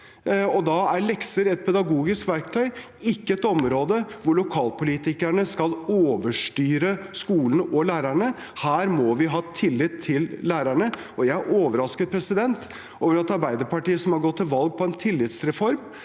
Da er lekser et pedagogisk verktøy, ikke et område der lokalpolitikerne skal overstyre skolene og lærerne. Her må vi ha tillit til lærerne, og jeg er overrasket over at Arbeiderpartiet, som har gått til valg på en tillitsreform,